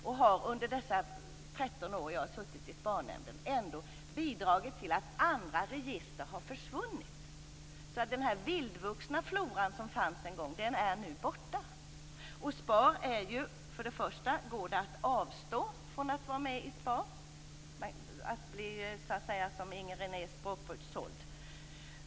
Det har under de 13 år som jag har suttit i SPAR nämnden ändå bidragit till att andra register har försvunnit. Den vildvuxna flora som en gång fanns är nu borta. För det första går det att avstå från att vara med i SPAR och bli, med Inger Renés språkbruk, såld.